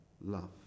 Love